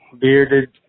bearded